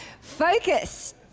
Focus